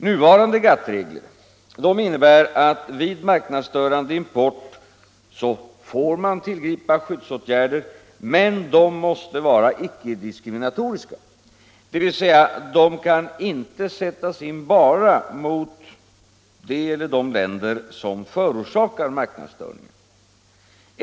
Nuvarande GATT regler innebär att man vid marknadsstörande import får tillgripa skyddsåtgärder, men de måste vara icke-diskriminatoriska, dvs. de kan inte sättas in bara mot det eller de länder som förorsakar marknadsstörningen.